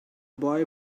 boy